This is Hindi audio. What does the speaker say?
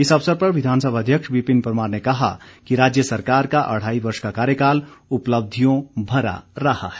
इस अवसर पर विधानसभा अध्यक्ष विपिन परमार ने कहा कि राज्य सरकार का अढ़ाई वर्ष का कार्यकाल उपलब्धियों भरा रहा है